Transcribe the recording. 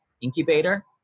incubator